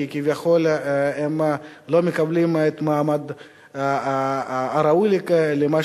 כי כביכול הם לא מקבלים את המעמד הראוי למה